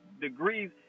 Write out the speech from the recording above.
degrees